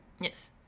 yes